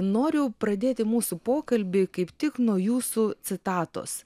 noriu pradėti mūsų pokalbį kaip tik nuo jūsų citatos